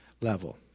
level